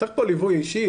צריך פה ליווי אישי,